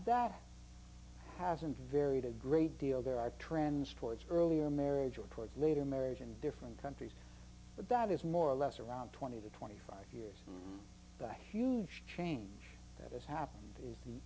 that hasn't varied a great deal there are trends towards earlier marriage report later marriage in different countries but that is more or less around twenty to twenty five years from the huge change that is happening is